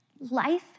life